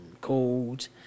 cold